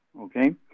okay